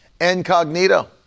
incognito